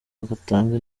agatanga